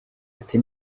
ati